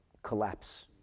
collapse